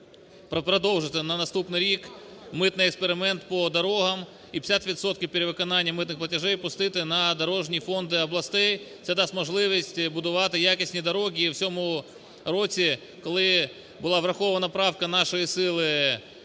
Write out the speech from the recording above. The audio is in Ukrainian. продовжити на наступний рік митний експеримент по дорогам і 50 відсотків перевиконання митних платежів пустити на дорожні фонди областей. Це дасть можливість будувати якісні дороги і у цьому році, коли була врахована правка нашої сили